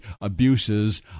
abuses